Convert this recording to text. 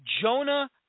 Jonah